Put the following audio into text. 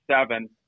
seven